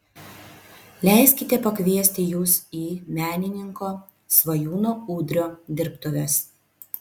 leiskite pakviesti jus į menininko svajūno udrio dirbtuves